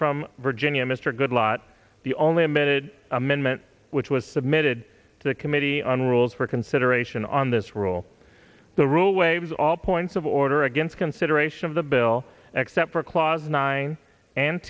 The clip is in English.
from virginia mr good lot the only admitted amendment which was submitted to the committee on rules for consideration on this rule the rule waives all points of order against consideration of the bill except for clause nine and